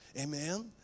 amen